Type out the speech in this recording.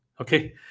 okay